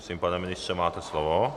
Prosím, pane ministře, máte slovo.